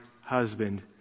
husband